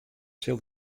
sil